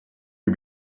you